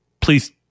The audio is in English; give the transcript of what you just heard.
Please